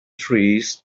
trees